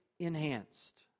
enhanced